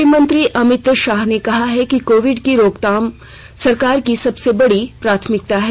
गृहमंत्री अमित शाह ने कहा है कि कोविड की रोकथाम सरकार की सबसे बड़ी प्राथमिकता है